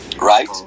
Right